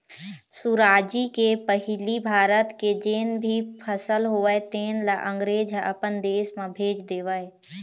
सुराजी के पहिली भारत के जेन भी फसल होवय तेन ल अंगरेज ह अपन देश म भेज देवय